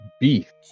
Beef